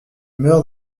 meurs